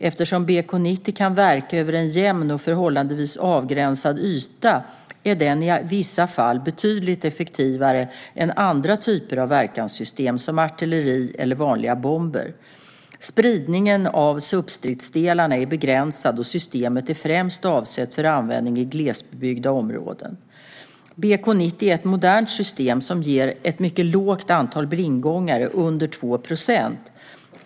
Eftersom BK 90 kan verka över en jämn och förhållandevis avgränsad yta är den i vissa fall betydligt effektivare än andra typer av verkanssystem som artilleri eller vanliga bomber. Spridningen av substridsdelarna är begränsad, och systemet är främst avsett för användning i glesbebyggda områden. BK 90 är ett modernt system som ger ett mycket lågt antal blindgångare, under 2 %.